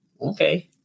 okay